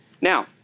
Now